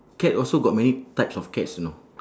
cat also got many types of cats you know